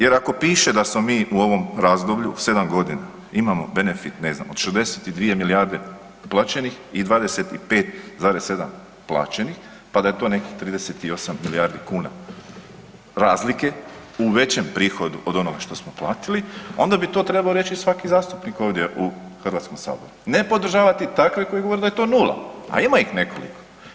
Jer ako piše da smo mi u ovom razdoblju 7 g., imamo benefit, ne znam, od 62 milijarde uplaćenih i 25,7 plaćenih pa da je to nekakvih 38 milijardi kuna razlike u većem prihodu od onoga što smo platili, onda bi to trebao reći svaki zastupnik ovdje u Hrvatskom saboru, ne podržavati takve koji govore da je to nula a ima ih nekoliko.